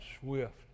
swift